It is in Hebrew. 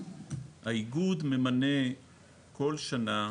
האיגוד ממנה כל שנה,